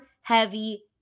heavy